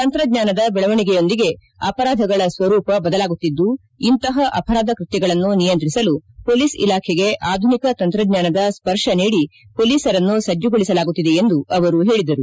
ತಂತ್ರಜ್ಞಾನದ ಬೆಳವಣಿಗೆಯೊಂದಿಗೆ ಅವರಾಧಗಳ ಸ್ವರೂಪ ಬದಲಾಗುತ್ತಿದ್ದು ಇಂತಹ ಅವರಾಧ ಕೃತ್ತಗಳನ್ನು ನಿಯಂತ್ರಿಸಲು ಮೊಲೀಸ್ ಇಲಾಖೆಗೆ ಆಧುನಿಕ ತಂತ್ರಜ್ಞಾನದ ಸ್ಪರ್ಕ ನೀಡಿ ಮೊಲೀಸರನ್ನು ಸಜ್ಜಗೊಳಿಸಲಾಗುತ್ತಿದೆ ಎಂದು ಅವರು ಹೇಳಿದರು